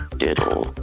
Diddle